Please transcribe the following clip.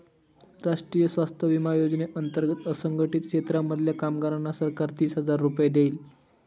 राष्ट्रीय स्वास्थ्य विमा योजने अंतर्गत असंघटित क्षेत्रांमधल्या कामगारांना सरकार तीस हजार रुपये देईल